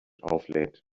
auflädt